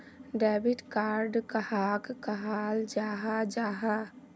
Debit card कहाक कहाल जाहा जाहा?